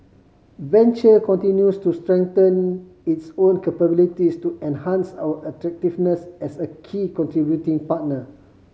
venture continues to strengthen its own capabilities to enhance our attractiveness as a key contributing partner